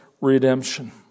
redemption